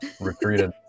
retreated